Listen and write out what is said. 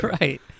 Right